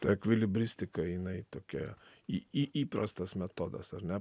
ta ekvilibristika jinai tokia į į įprastas metodas ar ne